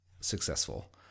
successful